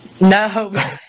no